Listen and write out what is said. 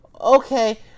Okay